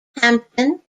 hampton